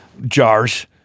jars